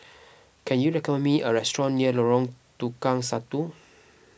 can you recommend me a restaurant near Lorong Tukang Satu